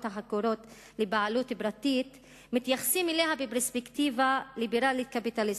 החכורות לבעלות פרטית מתייחסים אליה בפרספקטיבה ליברלית-קפיטליסטית,